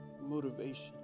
motivation